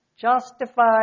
justified